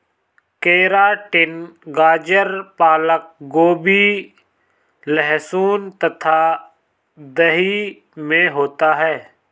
keratin गाजर पालक गोभी लहसुन तथा दही में होता है